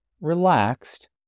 relaxed